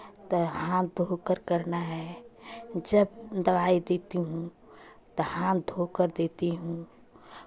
तो हाथ धोकर करना है जब दवाई देती हूँ तो हाथ धोकर देती हूँ